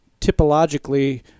typologically